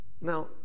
Now